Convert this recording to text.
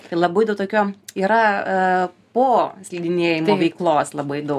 tai labai daug tokiom yra po slidinėjimo veiklos labai daug